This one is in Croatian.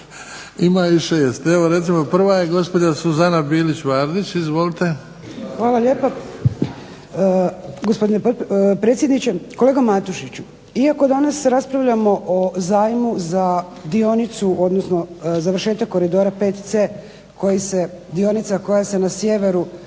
Ima ih 6. Prva je gospođa Suzana Bilić Vardić. **Bilić Vardić, Suzana (HDZ)** Hvala lijepo, gospodine predsjedniče. Kolega Matušiću iako danas raspravljamo o zajmu za dionicu odnosno završetak koridora VC dionica koja se na sjeveru